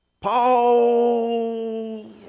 Paul